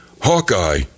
Hawkeye